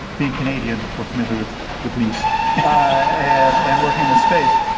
being canadian, we're familiar with with meese and working in this space.